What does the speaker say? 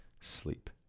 sleep